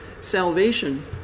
salvation